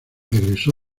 egresó